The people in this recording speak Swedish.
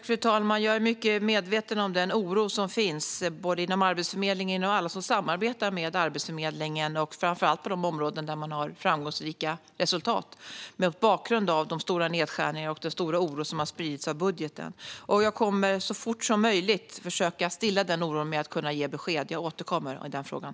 Fru talman! Jag är mycket medveten om den oro som finns både inom Arbetsförmedlingen och hos alla som samarbetar med Arbetsförmedlingen, framför allt på de områden där man har nått framgångsrika resultat, mot bakgrund av de stora nedskärningarna och den stora oro som har spridits genom budgeten. Jag kommer så fort som möjligt att försöka stilla den oron med att ge besked. Jag återkommer i den frågan.